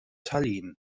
tallinn